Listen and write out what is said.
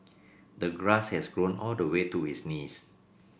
the grass has grown all the way to his knees